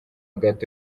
gato